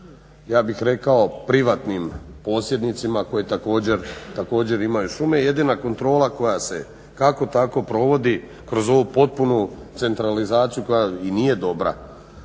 ja bih rekao privatnim posjednicima koji također imaju šume. Jedina kontrola koja se kako tako provodi kroz ovu potpunu centralizaciju koja i nije dobra,